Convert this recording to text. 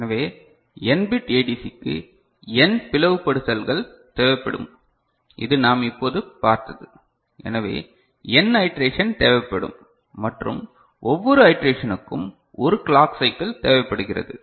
எனவே n bit ADC க்கு n பிளவுபடுத்தல்கள் தேவைப்படும் இது நாம் இப்போது பார்த்தது எனவே n ஐடேரஷன் தேவைப்படும் மற்றும் ஒவ்வொரு ஐடேரஷனுக்கும் 1 கிளாக் சைக்கிள் தேவைப்படுகிறது